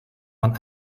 man